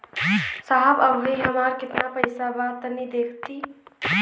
साहब अबहीं हमार कितना पइसा बा तनि देखति?